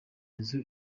nzu